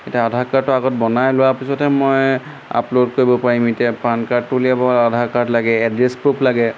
এতিয়া আধাৰ কাৰ্ডটো আগত বনাই লোৱাৰ পিছতহে মই আপলোড কৰিব পাৰিম এতিয়া পান কাৰ্ডটো উলিয়াব আধাৰ কাৰ্ড লাগে এড্ৰেছ প্ৰ'ফ লাগে